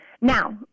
Now